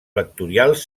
vectorials